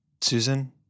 Susan